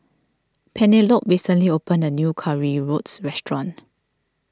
Penelope recently opened a new Currywurst restaurant